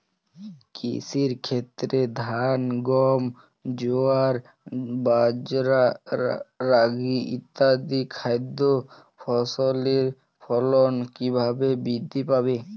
কৃষির ক্ষেত্রে ধান গম জোয়ার বাজরা রাগি ইত্যাদি খাদ্য ফসলের ফলন কীভাবে বৃদ্ধি পাবে?